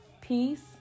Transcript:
peace